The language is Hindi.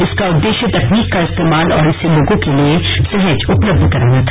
इसका उद्देश्य तकनीक का इस्तेमाल और इसे लोगों के लिए सहज उपलब्ध कराना था